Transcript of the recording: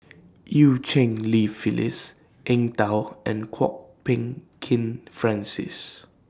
EU Cheng Li Phyllis Eng Tow and Kwok Peng Kin Francis